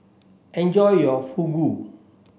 enjoy your Fugu